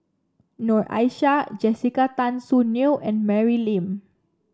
Noor Aishah Jessica Tan Soon Neo and Mary Lim